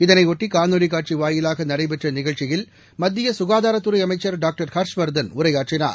இதனையொட்டி காணொலிகாட்சி வாயிலாக நடைபெற்ற நிகழ்ச்சியில் மத்திய சுகாதார்த்துறை அமைச்சர் டாக்டர் ஹர்ஷவர்தன் உரையாற்றினார்